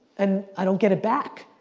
and i don't get it back.